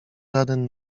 żaden